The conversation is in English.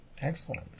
Excellent